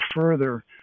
further